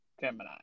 Gemini